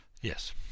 Yes